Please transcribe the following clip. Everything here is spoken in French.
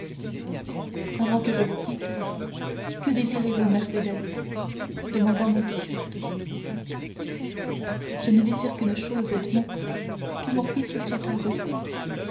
avant que je vous quitte que désirez-vous mercédès demanda monte cristo je ne désire qu'une chose edmond que mon fils soit heureux